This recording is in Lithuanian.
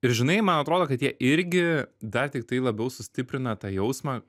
ir žinai man atrodo kad jie irgi dar tiktai labiau sustiprina tą jausmą